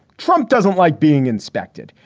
trump doesn't like being inspected.